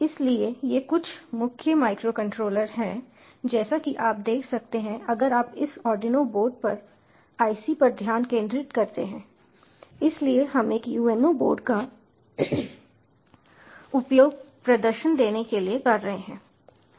इसलिए ये कुछ मुख्य माइक्रोकंट्रोलर हैं जैसा कि आप देख सकते हैं अगर आप इस आर्डिनो बोर्ड पर आईसी पर ध्यान केंद्रित करते हैं इसलिए हम एक UNO बोर्ड का उपयोग प्रदर्शन देने के लिए कर रहे हैं